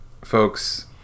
folks